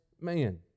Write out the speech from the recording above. man